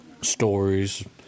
stories